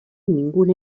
ningún